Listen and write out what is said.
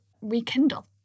rekindle